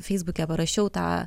feisbuke parašiau tą